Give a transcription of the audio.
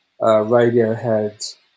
Radiohead